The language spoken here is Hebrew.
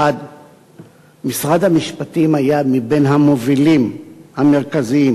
משרד המשפטים היה מבין המובילים המרכזיים